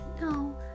no